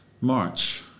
March